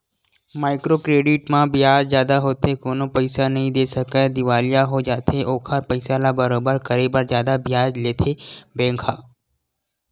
micro credit म बियाज जादा होथे कोनो पइसा नइ दे सकय दिवालिया हो जाथे ओखर पइसा ल बरोबर करे बर जादा बियाज लेथे बेंक ह